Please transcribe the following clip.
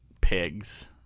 pigs